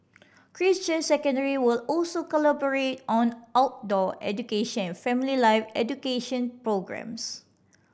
Christ Church Secondary will also collaborate on outdoor education and family life education programmes